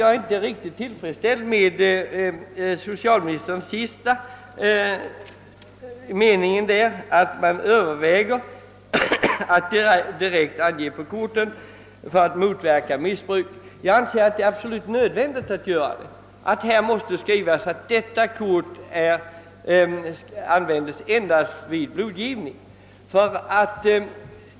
Jag är inte riktigt tillfredsställd med den sista meningen i socialministerns Svar, där han sade att man för att motverka missbruk överväger att direkt ange på korten, att dessa uteslutande är avsedda att användas i blodgivarverksamheten. Jag anser att det är absolut nödvändigt att göra detta, så att det av korten framgår att de endast får användas i samband med blodgivning.